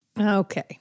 Okay